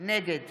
נגד